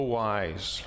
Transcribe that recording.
wise